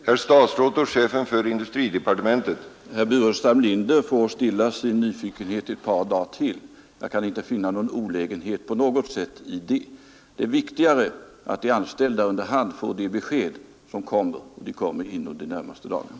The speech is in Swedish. Herr talman! Herr Burenstam Linder får stilla sin nyfikenhet ett par dagar till. Jag kan inte på något sätt finna någon olägenhet i det. Det är viktigare att de anställda under hand får besked, och sådana kommer inom de närmaste dagarna.